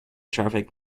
traffic